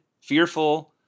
fearful